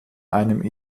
einem